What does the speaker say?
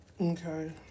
Okay